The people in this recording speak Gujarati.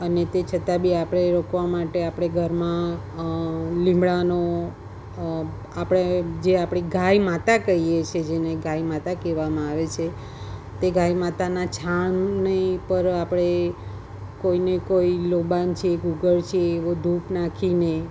અને તે છતાં બી આપણે એ રોકવા માટે આપણે ઘરમાં લીમડાનો આપણે જે આપણી ગાય માતા કહીએ છે જેને ગાય માતા કહેવામાં આવે છે તે ગાય માતાનાં છાણની ઉપર આપણે કોઈને કોઈ લોબાન છે ગૂગળ છે એવો ધૂપ નાખીને